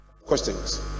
questions